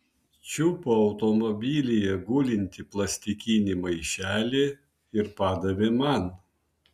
čiupo automobilyje gulintį plastikinį maišelį ir padavė man